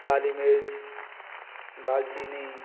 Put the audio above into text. काली मिर्च दालचीनी